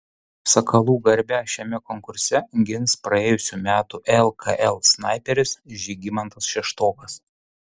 sakalų garbę šiame konkurse gins praėjusių metų lkl snaiperis žygimantas šeštokas